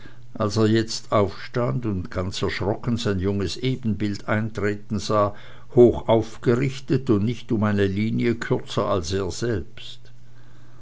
als er jetzt aufstand und ganz erschrocken sein junges ebenbild eintreten sah hoch aufgerichtet und nicht um eine linie kürzer als er selbst